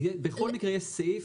בכל מקרה יש סעיף,